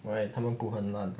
why 他们很烂